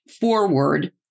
forward